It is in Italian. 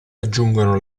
aggiungono